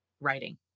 writing